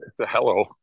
hello